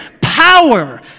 power